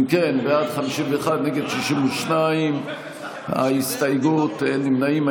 בעד, 51, נגד, 62, אין נמנעים.